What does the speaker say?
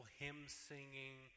hymn-singing